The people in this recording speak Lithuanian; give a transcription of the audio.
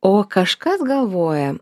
o kažkas galvoja